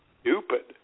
stupid